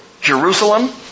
Jerusalem